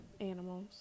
Animals